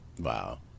Wow